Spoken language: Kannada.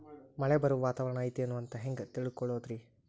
ಮಳೆ ಬರುವ ವಾತಾವರಣ ಐತೇನು ಅಂತ ಹೆಂಗ್ ತಿಳುಕೊಳ್ಳೋದು ರಿ?